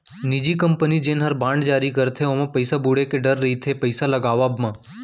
निजी कंपनी जेन हर बांड जारी करथे ओमा पइसा बुड़े के डर रइथे पइसा लगावब म